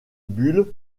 bulles